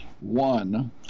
one